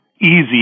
easy